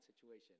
situation